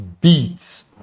beats